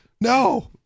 no